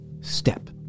step